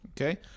Okay